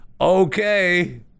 okay